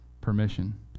permission